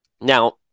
Now